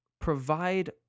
provide